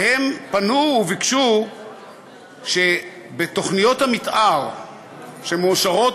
והם פנו וביקשו שבתוכניות המתאר שמאושרות